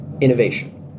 innovation